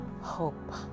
hope